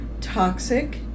toxic